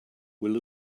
will